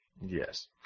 Yes